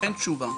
אין תשובה,